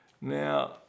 Now